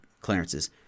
clearances